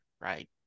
right